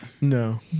No